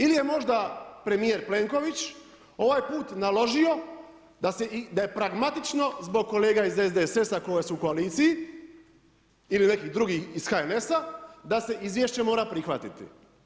Ili je možda premijer Plenković ovaj put naložio da je pragmatično zbog kolega iz SDSS-a koji su u koaliciji ili nekih drugih iz HNS-a da se izvješće mora prihvatiti?